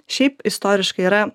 šiaip istoriškai yra